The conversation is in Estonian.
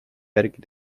järgi